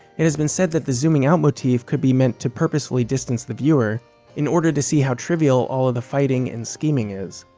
it has been said that zooming out motif could be meant to purposefully distance the viewer in order to see how trivial all the fighting and scheming is